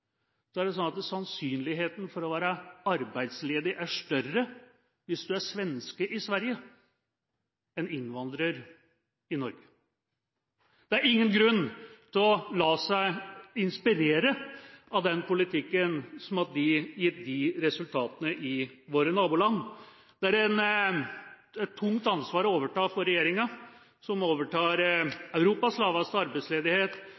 er sannsynligheten for å være arbeidsledig større hvis du er svenske i Sverige, enn hvis du er innvandrer i Norge. Det er ingen grunn til å la seg inspirere av den politikken som har gitt de resultatene i våre naboland. Det er et tungt ansvar for regjeringa å overta Europas laveste arbeidsledighet,